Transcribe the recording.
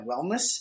wellness